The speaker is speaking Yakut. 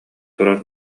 турар